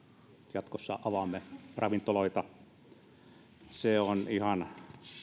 jatkossa avaamme ravintoloita on ihan